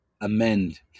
amend